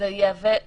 מה הסנקציה?